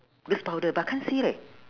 loose powder but can't see leh